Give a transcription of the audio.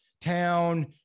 town